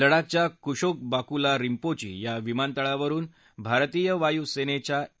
लडाखच्या कुशोक बाकुलारिम्पोची या विमानतळावरुन भारतीय वायुसेनेच्या ए